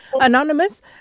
Anonymous